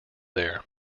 there